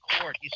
court